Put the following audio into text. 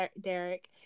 Derek